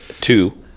two